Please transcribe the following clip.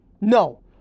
No